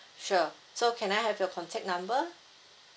sure so can I have your contact number